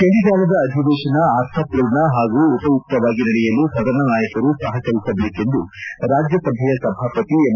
ಚಳಿಗಾಲದ ಅಧಿವೇಶನ ಅರ್ಥಪೂರ್ಣ ಹಾಗೂ ಉಪಯುಕವಾಗಿ ನಡೆಯಲು ಸದನ ನಾಯಕರು ಸಹಕರಿಸಬೇಕೆಂದು ರಾಜ್ಯಸಭೆಯ ಸಭಾಪತಿ ಎಂ